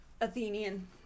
Athenian